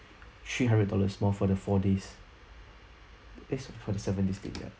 three hundred dollars more for the four days eh sorry for the seven days stay ya